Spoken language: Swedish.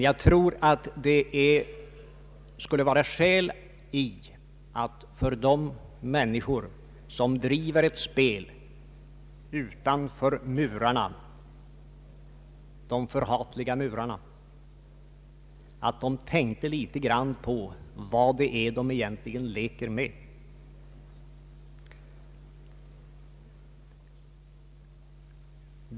Jag tror dock att det skulle vara skäl att de personer som driver ett spel utanför murarna, de förhatliga murarna, tänkte litet grand på vad det är de egentligen leker med.